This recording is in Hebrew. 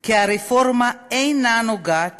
כי הרפורמה אינה נוגעת